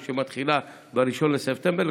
שמתחילה ב-1 בספטמבר,